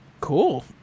cool